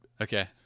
Okay